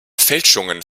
fälschungen